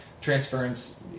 Transference